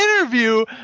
interview